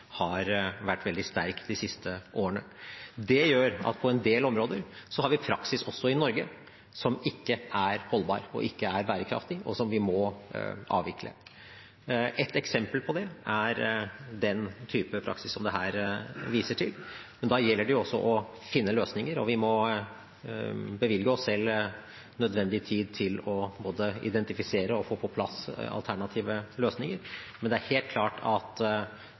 har vært sterk de siste årene. Det gjør at på en del områder har vi også i Norge en praksis som verken er holdbar eller bærekraftig, og som vi må avvikle. Et eksempel på det er den type praksis som det her vises til. Da gjelder det også å finne løsninger, og vi må bevilge oss selv nødvendig tid til å identifisere og få på plass alternative løsninger. Men det er helt klart at